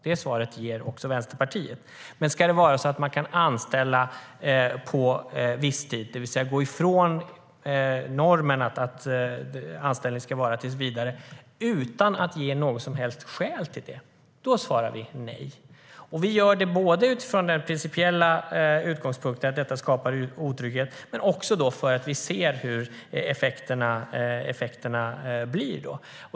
Det svaret ger också Vänsterpartiet. Men ska man kunna anställa på visstid, det vill säga gå ifrån normen att anställningen ska vara tills vidare, utan att ge något som helst skäl till det? Där svarar vi nej. Vi gör det med den principiella utgångspunkten att den anställningsformen skapar otrygghet och därför att vi ser vilka effekterna blir.